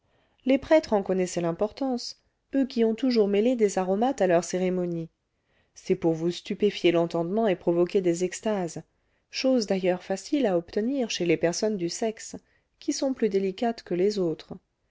les prêtres en connaissaient l'importance eux qui ont toujours mêlé des aromates à leurs cérémonies c'est pour vous stupéfier l'entendement et provoquer des extases chose d'ailleurs facile à obtenir chez les personnes du sexe qui sont plus délicates que les autres